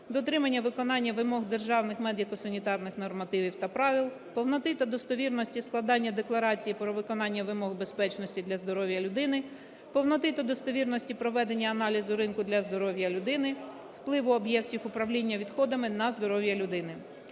дотримання виконання вимог державних медико-санітарних нормативів та правил, повноти та достовірності складання декларацій про виконання вимог безпечності для здоров'я людини, повноти та достовірності проведення аналізу ринку для здоров'я людини, впливу об'єктів управління відходами на здоров'я людини.